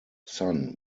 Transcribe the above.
son